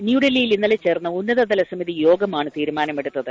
ന്യൂഡൽഹിയിൽ ഇന്നലെ ചേർന്ന ഉന്നതതല സമിതി യോഗമാണ് തീരുമാനമെടുത്തത്